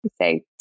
say